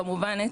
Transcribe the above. כמובן,